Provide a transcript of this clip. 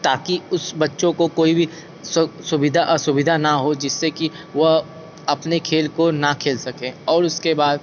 ताकि उस बच्चों को कोई भी सुख सुविधा असुविधा ना हो जिससे कि वह अपने खेल को ना खेल सकें और उसके बाद